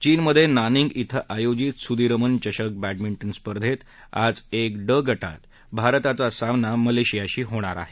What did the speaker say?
चीनमधे नार्निंग इथं आयोजित सुदीरमन चषक बॅडमिंके स्पर्धेत आज एक ड गात भारताचा सामना मलेशियाशी होणार आहे